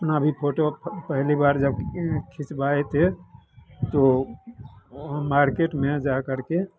अपना भी फोटो पह पहली बार जब खिंचवाए थे तो मार्केट में जा करके